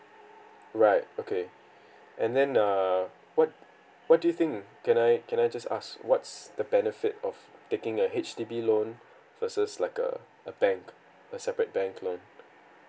right okay and then err what what do you think can I can I just ask what's the benefit of taking a H_D_B loan versus like a a bank a separate bank loan